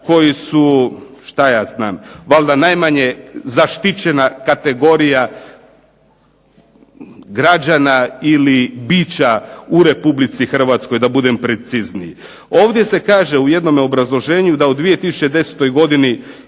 koji su što ja znam, valjda najmanje zaštićena kategorija građana ili bića u Republici Hrvatskoj da budem precizniji. Ovdje se kaže u jednom obrazloženju da u 2010. godini